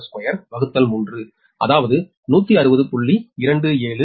6623அதாவது 160